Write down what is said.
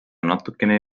natukene